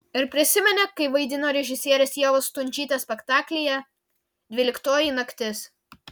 ir prisiminė kai vaidino režisierės ievos stundžytės spektaklyje dvyliktoji naktis